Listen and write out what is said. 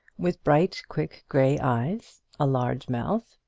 with bright quick grey eyes, a large mouth,